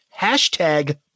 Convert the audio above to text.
Hashtag